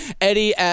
Eddie